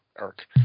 Eric